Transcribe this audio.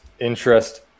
interest